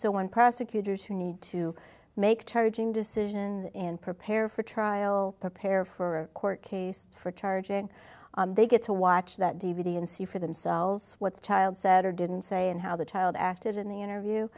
when prosecutors who need to make charging decisions and prepare for trial prepare for a court case for charging they get to watch that d v d and see for themselves what the child said or didn't say and how the child acted in the interview